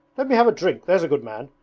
let me have a drink, there's a good man.